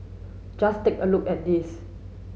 just take a look at these